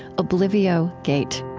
oblivio gate